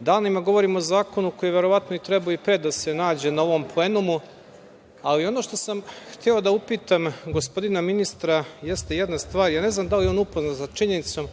Danima govorimo o zakonu koji je verovatno trebao i pre da se nađe na ovom plenumu, ali ono što sam hteo da upitam gospodina ministra jeste jedna stvar. Ja ne znam da li je on upoznat sa činjenicom